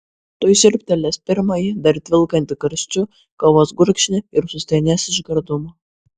tuoj siurbtelės pirmąjį dar tvilkantį karščiu kavos gurkšnį ir sustenės iš gardumo